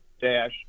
dash